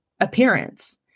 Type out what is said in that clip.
appearance